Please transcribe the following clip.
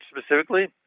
specifically